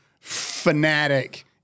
fanatic